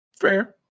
Fair